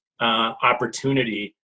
Opportunity